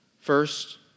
First